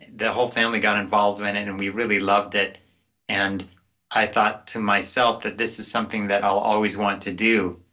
the whole family got involved doing it and we really loved it and i thought to myself that, this is something that i'll always want to do,